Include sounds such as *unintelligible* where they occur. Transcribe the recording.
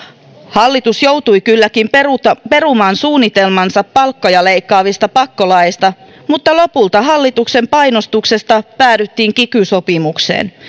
hallitus joutui kylläkin perumaan perumaan suunnitelmansa palkkoja leikkaavista pakkolaeista mutta lopulta hallituksen painostuksesta päädyttiin kiky sopimukseen *unintelligible*